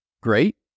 great